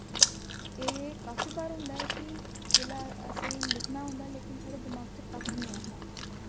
एह् काफी बार होंदा ऐ कि जिसलै असें गी लिखना होंदा लेकिन साढ़े दमाग च कक्ख निं आंदा